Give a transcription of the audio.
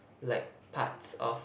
like parts of